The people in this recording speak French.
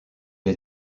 est